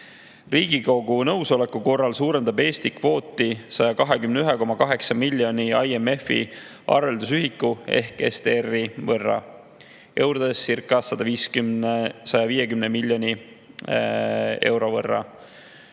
nõusoleku korral suurendab Eesti kvooti 121,8 miljoni IMF‑i arveldusühiku ehk SDR‑i võrra, eurodescirca150 miljoni euro võrra.